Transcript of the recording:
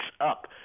up